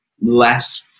less